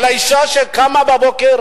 על האשה שקמה בבוקר,